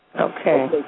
Okay